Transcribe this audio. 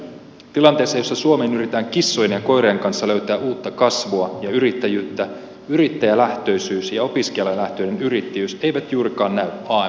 tilanteessa jossa suomeen yritetään kissojen ja koirien kanssa löytää uutta kasvua ja yrittäjyyttä yrittäjälähtöisyys ja opiskelijalähtöinen yrittäjyys eivät juurikaan näy amk uudistuksessa